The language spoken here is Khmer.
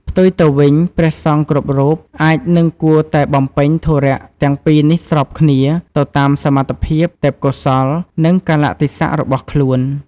ផ្ទុយទៅវិញ ព្រះសង្ឃគ្រប់រូប អាចនិងគួរតែបំពេញធុរៈទាំងពីរនេះស្របគ្នា ទៅតាមសមត្ថភាព ទេពកោសល្យ និងកាលៈទេសៈរបស់ខ្លួន។